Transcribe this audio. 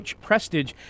Prestige